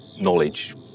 knowledge